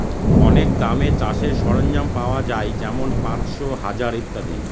অনেক দামে চাষের সরঞ্জাম পাওয়া যাই যেমন পাঁচশো, হাজার ইত্যাদি